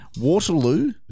waterloo